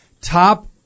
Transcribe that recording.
top